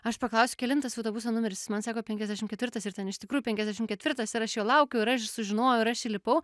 aš paklausiau kelintas autobuso numeris jis man sako penkiasdešim ketvirtas ir ten iš tikrųjų penkiasdešim ketvirtas ir aš jo laukiau ir aš sužinojau ir aš įlipau